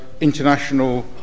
international